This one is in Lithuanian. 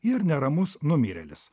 ir neramus numirėlis